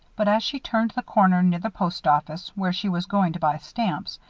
but, as she turned the corner near the post office, where she was going to buy stamps,